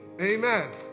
Amen